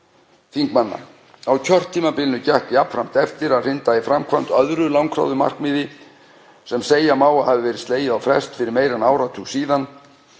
þingmanna. Á kjörtímabilinu gekk jafnframt eftir að hrinda í framkvæmd öðru langþráðu markmiði sem segja má að hafi verið slegið á frest fyrir meira en áratug síðan